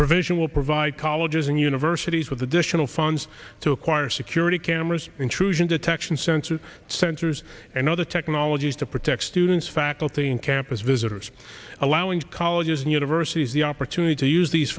provision will provide colleges and universities with additional funds to acquire security cameras intrusion detection sensors sensors and other technologies to protect students faculty and campus visitors allowing colleges and universities the opportunity to use these